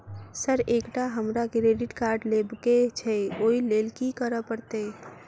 Sir एकटा हमरा credit card लेबकै छैय ओई लैल की करऽ परतै?